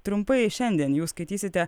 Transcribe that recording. trumpai šiandien jūs skaitysite